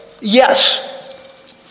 yes